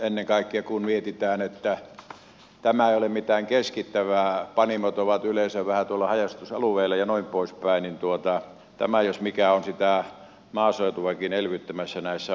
ennen kaikkea kun mietitään että tämä ei ole mitään keskittävää panimot ovat yleensä vähän tuolla haja asutusalueilla ja noin poispäin niin tämä jos mikä on maaseutuakin elvyttämässä näissä asioissa